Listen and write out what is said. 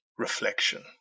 reflection